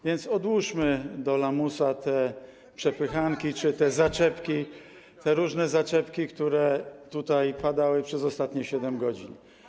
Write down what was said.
Więc odłóżmy do lamusa te przepychanki czy te zaczepki, te różne zaczepki, które tutaj padały przez ostatnie 7 godzin.